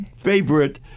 favorite